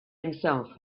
himself